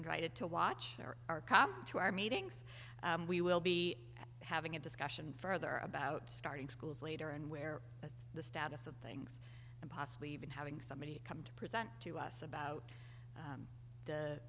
invited to watch or are come to our meetings we will be having a discussion further about starting schools later and where as the status of things and possibly even having somebody come to present to us about